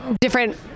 different